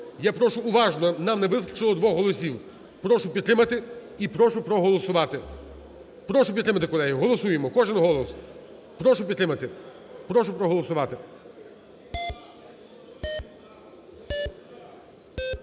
Я прошу уважно, нам не вистачило 2 голосів. Прошу підтримати і прошу проголосувати. Прошу підтримати, колеги. Голосуємо. Кожен голос… Прошу підтримати, прошу проголосувати.